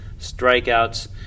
strikeouts